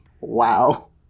Wow